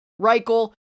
Reichel